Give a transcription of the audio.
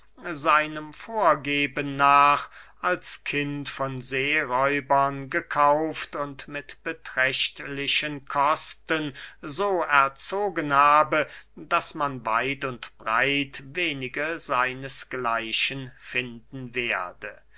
seinem vorgeben nach als kind von seeräubern gekauft und mit beträchtlichen kosten so erzogen habe daß man weit und breit wenige seinesgleichen finden werde